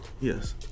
Yes